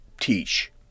teach